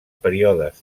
períodes